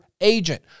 agent